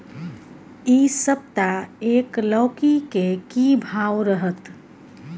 इ सप्ताह एक लौकी के की भाव रहत?